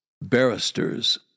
barristers